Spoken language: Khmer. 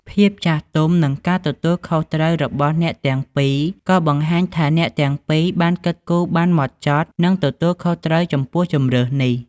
ភាពចាស់ទុំ និងការទទួលខុសត្រូវរបស់អ្នកទាំងពីរ ក៏បង្ហាញថាអ្នកទាំងពីរបានគិតគូរបានហ្មត់ចត់ និងទទួលខុសត្រូវចំពោះជម្រើសនេះ។